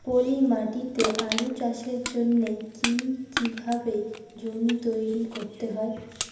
পলি মাটি তে আলু চাষের জন্যে কি কিভাবে জমি তৈরি করতে হয়?